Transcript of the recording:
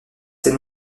ses